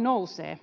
nousee